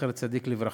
זכר צדיק לברכה,